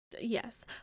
yes